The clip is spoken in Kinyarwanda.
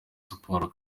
sports